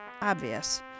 obvious